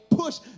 push